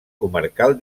comarcal